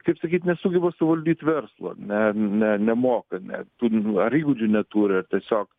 kaip sakyt nesugeba suvaldyt verslo ne ne nemoka net tų ar įgūdžių neturi ar tiesiog